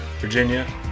Virginia